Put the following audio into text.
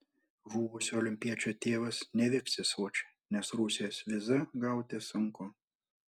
žuvusio olimpiečio tėvas nevyks į sočį nes rusijos vizą gauti sunku